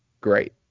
great